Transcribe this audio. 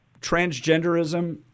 transgenderism